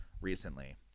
recently